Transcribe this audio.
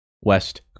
West